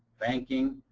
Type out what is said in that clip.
banking,